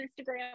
Instagram